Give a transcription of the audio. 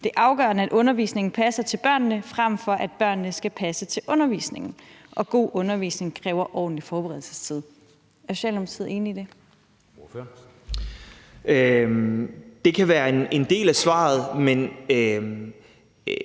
Det er afgørende, at undervisningen passer til børnene, frem for at børnene skal passe til undervisningen, og god undervisning kræver ordentlig forberedelsestid. Er Socialdemokratiet enige i det? Kl. 20:19 Anden næstformand